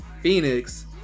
Phoenix